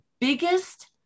biggest